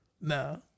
no